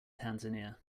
tanzania